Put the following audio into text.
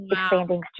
expanding